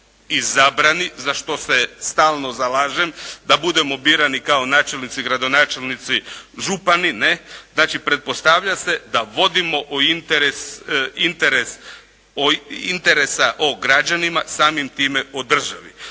izabrani za što se stalno zalažem, da budemo birani kao načelnici, gradonačelnici, župani, znači pretpostavlja se da vodimo interes o građanima, samim time o državi.